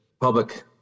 public